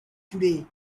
today